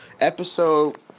episode